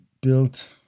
built